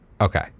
Okay